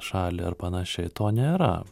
šalį ar panašiai to nėra